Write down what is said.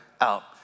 out